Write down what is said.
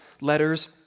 letters